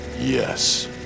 Yes